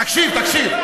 תקשיב, תקשיב.